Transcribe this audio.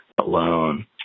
Alone